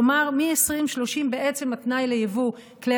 כלומר מ-2030 בעצם התנאי לייבוא כלי